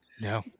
No